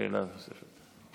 שאלה נוספת.